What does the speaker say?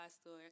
store